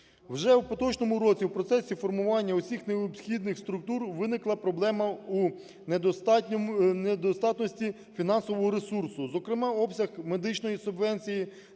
Вже у поточному році у процесі формування всіх необхідних структур виникла проблема у недостатності фінансового ресурсу, зокрема обсяг медичної субвенції